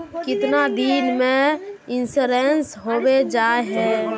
कीतना दिन में इंश्योरेंस होबे जाए है?